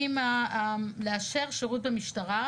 האם לאשר שירות במשטרה,